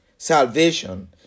Salvation